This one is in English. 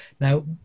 now